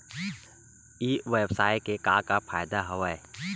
ई व्यवसाय के का का फ़ायदा हवय?